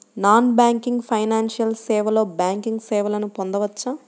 Non banking financial సేవలో banking సేవలను పొందవచ్చా?